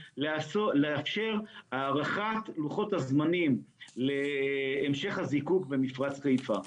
לאפשר את הארכת לוחות הזמנים להמשך הזיקוק במפרץ חיפה.